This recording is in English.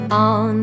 on